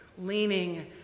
leaning